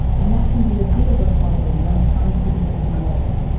and that can be a bit of a problem when it comes to predicting weather.